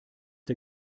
der